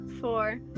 four